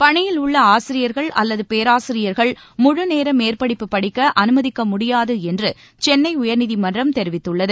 பணியில் உள்ள ஆசிரியர்கள் அல்லது பேராசிரியர்கள் முழுநேர மேற்படிப்பு படிக்க அனுமதிக்க ழுடியாது என்று சென்னை உயர்நீதிமன்றம் தெரிவித்துள்ளது